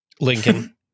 Lincoln